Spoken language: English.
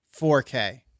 4K